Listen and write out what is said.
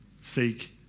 Seek